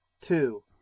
two